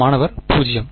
மாணவர் 0